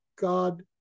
God